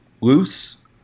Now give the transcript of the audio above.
Loose